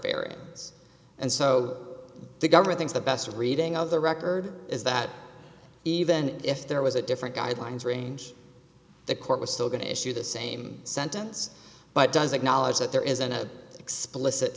variance and so the government things the best reading of the record is that even if there was a different guidelines range the court was still going to issue the same sentence but does acknowledge that there isn't a explicit